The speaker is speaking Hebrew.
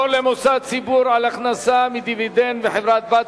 למוסד ציבור על הכנסה מדיבידנד מחברה-בת),